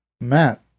Matt